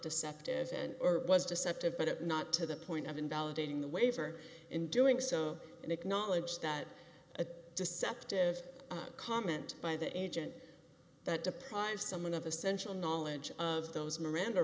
deceptive and was deceptive but not to the point of invalidating the waiver in doing so and acknowledge that a deceptive comment by the agent that deprive someone of essential knowledge of those miranda